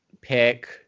pick